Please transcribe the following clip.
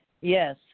Yes